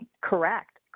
Correct